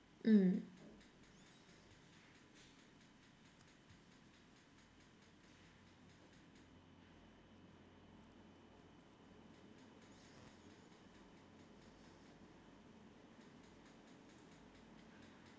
mm